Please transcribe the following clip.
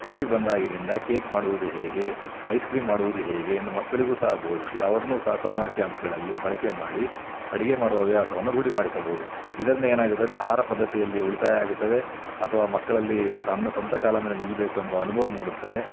T V ಬಂದಾಗಿನಿಂದ cake ಮಾಡುವುದು ಹೇಗೆ ಐಸ್ ಕ್ರೀಮ್ ಮಾಡುವುದು ಹೇಗೆ ಎಂದು ಮಕ್ಕಳಿಗೂ ಸಹ ಬೋಧಿಸಿ ಅವ್ರನ್ನೂ ಸಹ ಸಮ್ಮರ್ ಕ್ಯಾಂಪ್ಗಳಲ್ಲಿ ಬಳಕೆ ಮಾಡಿ ಅಡಿಗೆ ಮಾಡುವ ಹವ್ಯಾಸವನ್ನ ರೂಢಿ ಮಾಡಿಸಬಹುದು ಇದರಿಂದ ಏನಾಗುತ್ತದೆ ಆಹಾರ ಪದ್ಧತಿಯಲ್ಲಿ ಉಳಿತಾಯ ಆಗುತ್ತದೆ ಅಥವಾ ಮಕ್ಕಳಲ್ಲಿ ತನ್ನ ಸ್ವಂತ ಕಾಲ ಮೇಲೆ ನಿಲ್ಬೇಕೆಂಬ ಅನುಭವ ಮೂಡುತ್ತದೆ